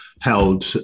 held